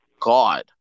God